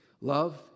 love